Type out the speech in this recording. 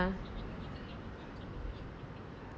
ya